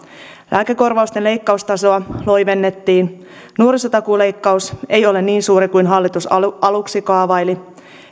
lääkekorvausten leikkaustasoa loivennettiin nuorisotakuuleikkaus ei ole niin suuri kuin hallitus aluksi kaavaili